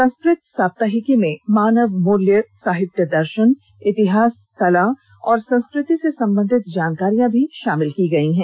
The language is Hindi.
संस्कृत सप्ताहिकी में मानव मूल्य साहित्य दर्षन इतिहास कला और संस्कृति से संबंधित जानकारियां भी शामिल की गई है